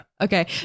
Okay